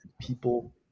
People